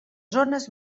zones